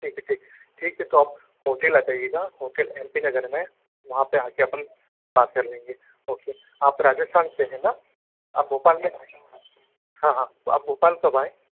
ठीक ठीक है ठीक तो आप होटल आ जाइएगा होटल एम पी नगर में वहाँ पे आके अपन बात कर लेंगे ओके आप राजस्थान से है ना आप भोपाल में हाँ हाँ तो आप भोपाल कब आए